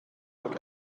look